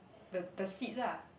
the the seats ah